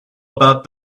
about